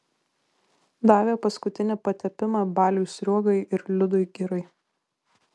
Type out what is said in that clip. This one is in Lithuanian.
davė paskutinį patepimą baliui sruogai ir liudui girai